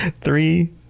three